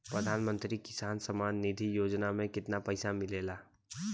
प्रधान मंत्री किसान सम्मान निधि योजना में कितना पैसा मिलेला?